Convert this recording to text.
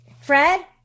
Fred